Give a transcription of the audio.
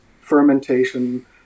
fermentation